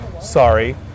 sorry